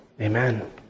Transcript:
Amen